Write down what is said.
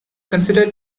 considered